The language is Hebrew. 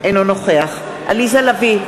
אינו נוכח עליזה לביא,